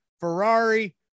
Ferrari